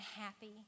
happy